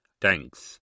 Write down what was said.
Thanks